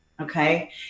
okay